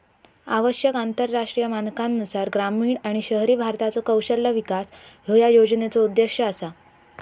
आवश्यक आंतरराष्ट्रीय मानकांनुसार ग्रामीण आणि शहरी भारताचो कौशल्य विकास ह्यो या योजनेचो उद्देश असा